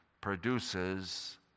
produces